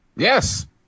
Yes